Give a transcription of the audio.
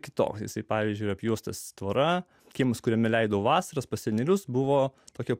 kitose pavyzdžiui apjuostas tvora kiemas kuriame leido vasaras pas senelius buvo tokia